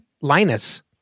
Linus